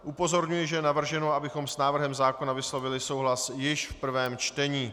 Upozorňuji, že je navrženo, abychom s návrhem zákona vyslovili souhlas již v prvém čtení.